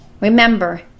remember